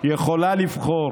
יכולה לבחור